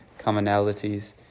commonalities